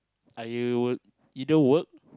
I would either work